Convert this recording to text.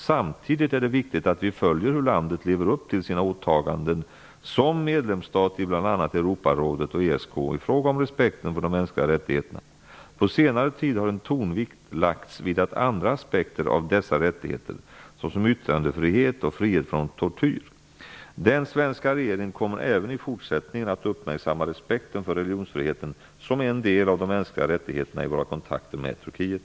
Samtidigt är det viktigt att vi följer hur landet lever upp till sina åtaganden som medlemsstat i bl.a. Europarådet och ESK i fråga om respekten för de mänskliga rättigheterna. På senare tid har en tonvikt lagts vid andra aspekter av dessa rättigheter, såsom yttrandefrihet och frihet från tortyr. Den svenska regeringen kommer även i fortsättningen att uppmärksamma respekten för religionsfriheten som en del av de mänskliga rättigheterna i våra kontakter med Turkiet.